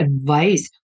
advice